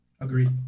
Agreed